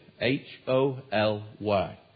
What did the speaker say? H-O-L-Y